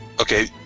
Okay